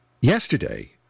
Yesterday